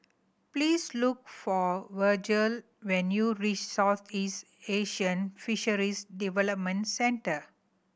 please look for Virgel when you reach Southeast Asian Fisheries Development Centre